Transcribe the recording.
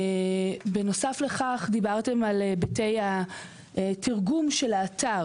בנוסף, דיברתם על תרגום האתר.